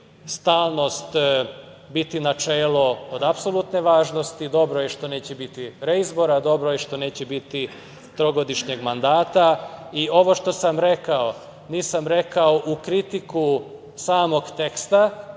stalnost biti načelo od apsolutne važnosti. Dobro je što neće biti reizbora. Dobro je što neće biti trogodišnjeg mandata. I ovo što sam rekao nisam rekao u kritiku samog teksta.